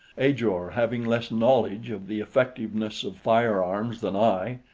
ajor, having less knowledge of the effectiveness of firearms than i,